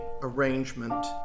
arrangement